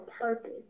purpose